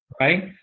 right